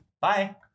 Bye